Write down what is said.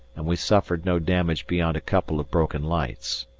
and we suffered no damage beyond a couple of broken lights.